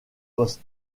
poste